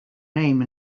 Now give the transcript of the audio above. name